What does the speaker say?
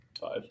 Five